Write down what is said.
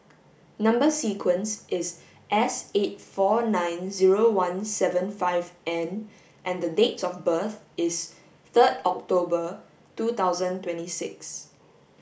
number sequence is S eight four nine zero one seven five N and the date of birth is third October two thousand twenty six